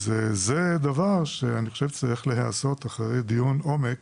זה דבר שצריך להיעשות אחרי דיון עומק